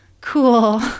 cool